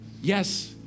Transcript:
Yes